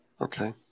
Okay